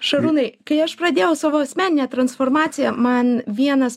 šarūnai kai aš pradėjau savo asmeninę transformaciją man vienas